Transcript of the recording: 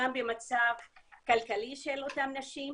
גם במצב הכלכלי של אותן נשים,